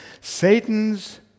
Satan's